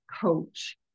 coach